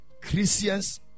Christians